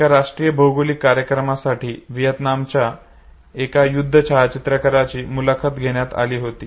एका राष्ट्रीय भौगोलिक कार्यक्रमासाठी व्हिएतनामच्या एका युद्ध छायाचित्रकाराची मुलाखत घेण्यात आली होती